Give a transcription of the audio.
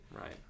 Right